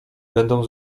będą